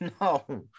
No